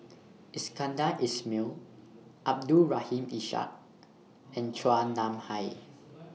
Iskandar Ismail Abdul Rahim Ishak and Chua Nam Hai